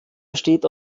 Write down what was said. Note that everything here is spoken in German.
besteht